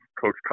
Coach